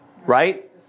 Right